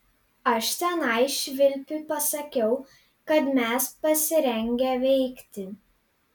aš tenai švilpiui pasakiau kad mes pasirengę veikti